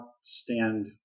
stand